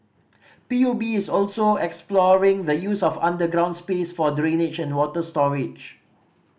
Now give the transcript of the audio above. P U B is also exploring the use of underground space for drainage and water storage